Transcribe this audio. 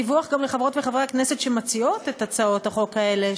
דיווח גם לחברות וחברי הכנסת שמציעות את הצעות החוק האלה,